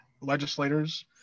legislators